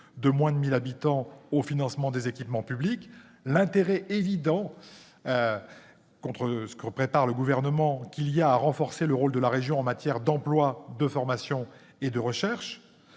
de moins de 1 000 habitants au financement des équipements publics, ou encore l'intérêt évident qu'il y a à renforcer le rôle de la région en matière d'emploi, de formation et de recherche,